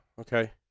okay